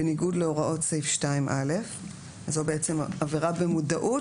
בניגוד להוראות סעיף 2(א);" זו בעצם עבירה במודעות,